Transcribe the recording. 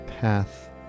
path